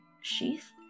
sheath